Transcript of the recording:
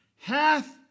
hath